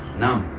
numb.